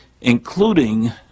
including